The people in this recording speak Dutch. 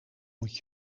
moet